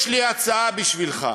יש לי הצעה בשבילך: